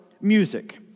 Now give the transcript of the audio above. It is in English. music